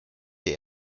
dir